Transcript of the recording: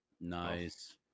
Nice